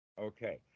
okay